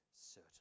certain